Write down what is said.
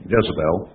Jezebel